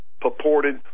purported